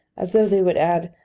as though they would add,